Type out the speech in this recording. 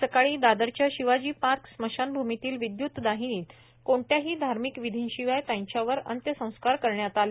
आज सकाळी दादरच्या शिवाजी पार्क स्मशानभूमीतील विदयुतदाहिनीत कोणत्याही धार्मिक विधींशिवाय त्यांच्यावर अंत्यसंस्कार करण्यात आले